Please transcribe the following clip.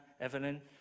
Evelyn